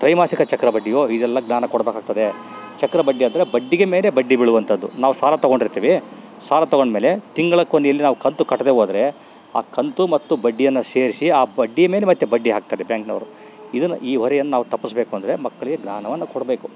ತ್ರೈಮಾಸಿಕ ಚಕ್ರಬಡ್ಡಿಯೋ ಇದೆಲ್ಲ ಜ್ಞಾನ ಕೊಡಬೇಕಾಗ್ತದೆ ಚಕ್ರಬಡ್ಡಿ ಅಂದರೆ ಬಡ್ಡಿಗೆ ಮೇಲೆ ಬಡ್ಡಿ ಬೀಳುವಂಥದ್ದು ನಾವು ಸಾಲ ತಗೊಂಡಿರ್ತೀವಿ ಸಾಲ ತಗೊಂಡ ಮೇಲೆ ತಿಂಗಳ ಕೊನೆಯಲ್ಲಿ ನಾವು ಕಂತು ಕಟ್ಟದೆ ಹೋದ್ರೆ ಆ ಕಂತು ಮತ್ತು ಬಡ್ಡಿಯನ್ನು ಸೇರಿಸಿ ಆ ಬಡ್ಡಿ ಮೇಲೆ ಮತ್ತೆ ಬಡ್ಡಿ ಹಾಕ್ತಾರೆ ಬ್ಯಾಂಕ್ನವರು ಇದನ್ನ ಈ ಹೊರೆಯನ್ನ ನಾವು ತಪ್ಪಿಸ್ಬೇಕಂದ್ರೆ ಮಕ್ಕಳಿಗೆ ಜ್ಞಾನವನ್ನು ಕೊಡಬೇಕು